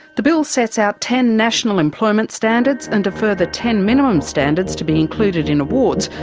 the bill sets out ten national employment standards and a further ten minimum standards to be included in awards,